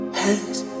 hands